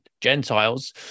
gentiles